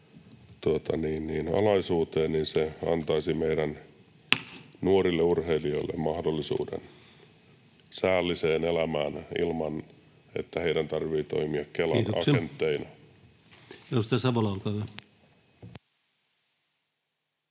antaisi meidän nuorille urheilijoille mahdollisuuden säälliseen elämään ilman, että heidän tarvitsee toimia Kelan agentteina. Kiitoksia.